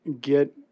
get